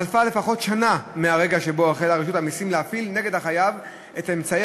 חלפה לפחות שנה מהרגע שבו החלה רשות המסים להפעיל נגד החייב את אמצעי